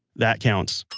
that counts.